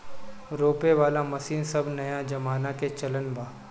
रोपे वाला मशीन सब नया जमाना के चलन बा